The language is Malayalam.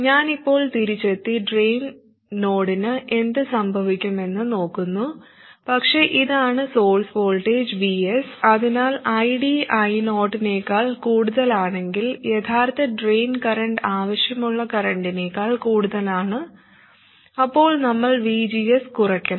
ഞാൻ ഇപ്പോൾ തിരിച്ചെത്തി ഡ്രെയിൻ നോഡിന് എന്ത് സംഭവിക്കുമെന്ന് നോക്കുന്നു പക്ഷേ ഇതാണ് സോഴ്സ് വോൾട്ടേജ് Vs അതിനാൽ ID I0 നേക്കാൾ കൂടുതലാണെങ്കിൽ യഥാർത്ഥ ഡ്രെയിൻ കറന്റ് ആവശ്യമുള്ള കറന്റിനേക്കാൾ കൂടുതലാണ് അപ്പോൾ നമ്മൾ VGS കുറയ്ക്കണം